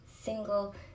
single